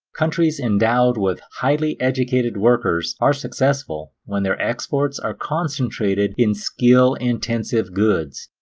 countries endowed with highly-educated workers are successful when their exports are concentrated in skill-intensive goods.